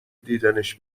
دیدنش